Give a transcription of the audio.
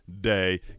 day